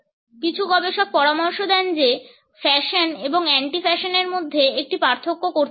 কিছু গবেষক পরামর্শ দেন যে ফ্যাশন এবং অ্যান্টি ফ্যাশনের মধ্যে একটি পার্থক্য করতে হবে